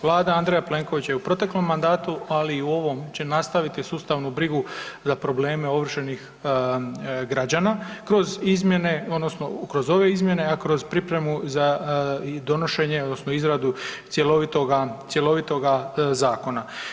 Vlada Andreja Plenkovića je u proteklom mandatu, ali i u ovom će nastaviti sustavnu brigu za probleme ovršenih građana kroz izmjene odnosno kroz ove izmjene, a kroz pripremu za donošenje odnosno izradu cjelovitoga zakona.